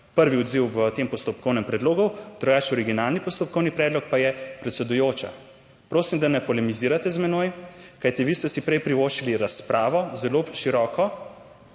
prvi odziv v tem postopkovnem predlogu, drugače originalni postopkovni predlog pa je, predsedujoča, prosim, da ne polemizirate z menoj, kajti vi ste si prej privoščili razpravo zelo široko.